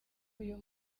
uyu